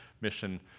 mission